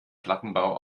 plattenbau